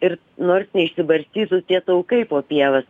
ir nors neišsibarstytų tie taukai po pievas